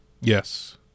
Yes